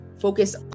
focus